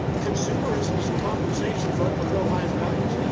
consumerism is the compensation for unfulfilled, highest values.